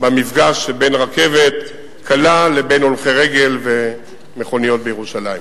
במפגש שבין רכבת קלה לבין הולכי רגל ומכוניות בירושלים.